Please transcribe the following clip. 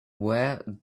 where